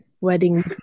wedding